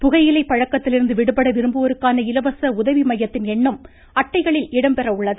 புகையிலை பழக்கத்திலிருந்து விடுபட விரும்புவோருக்கான இலவச உதவி மையத்தின் எண்ணும் அட்டைகளில் இடம்பெற உள்ளது